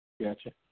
Gotcha